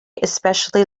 especially